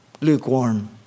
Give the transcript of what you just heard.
Lukewarm